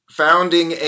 founding